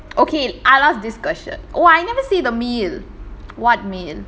okay our last discussion oh I never say the meal what meal